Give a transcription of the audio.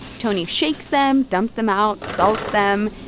tony shakes them, dumps them, out salts them.